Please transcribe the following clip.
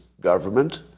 government